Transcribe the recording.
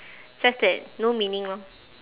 just that no meaning lor